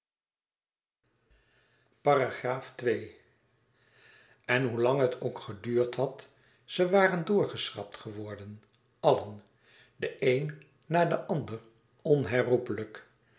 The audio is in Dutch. en hoe lang het ook geduurd had ze waren doorgeschrapt geworden allen de een na den ander onherroepelijk